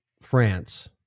france